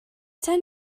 tend